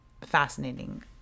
Fascinating